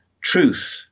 truth